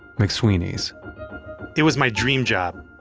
mcsweeney's it was my dream job.